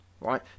right